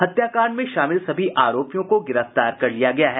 हत्याकांड में शामिल सभी आरोपियों को गिरफ्तार कर लिया गया है